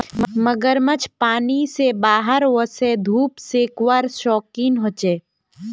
मगरमच्छ पानी से बाहर वोसे धुप सेकवार शौक़ीन होचे